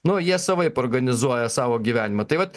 nuo jie savaip organizuoja savo gyvenimą tai vat